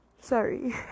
Sorry